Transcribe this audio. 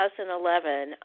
2011